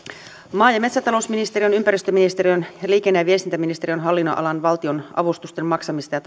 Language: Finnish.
maa ja metsätalousministeriön ympäristöministeriön ja liikenne ja viestintäministeriön hallin nonalan valtionavustusten maksamista ja